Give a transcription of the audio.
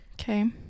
Okay